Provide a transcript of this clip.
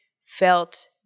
felt